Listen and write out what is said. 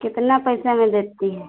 कितने पैसा में देती हैं